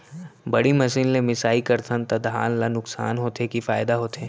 बड़ी मशीन ले मिसाई करथन त धान ल नुकसान होथे की फायदा होथे?